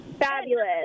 fabulous